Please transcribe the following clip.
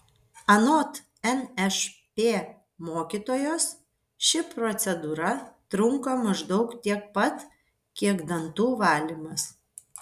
anot nšp mokytojos ši procedūra trunka maždaug tiek pat kiek dantų valymas